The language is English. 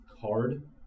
card